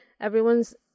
everyone's